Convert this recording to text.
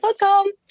welcome